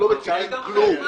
אנחנו לא מציגים כלום,